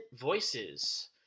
Voices